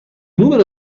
numero